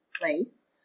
place